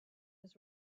was